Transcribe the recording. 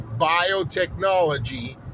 biotechnology